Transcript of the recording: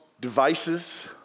devices